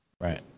Right